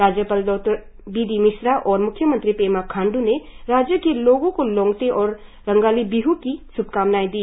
राज्यपाल डॉ B D Mishra और म्ख्यमंत्री पेमा खांड्र ने राज्य के लोगों को लोग्ते और रंगाली बिह की श्भकामनाएं दी